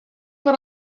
per